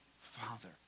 father